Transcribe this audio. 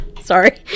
Sorry